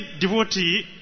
devotee